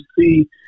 see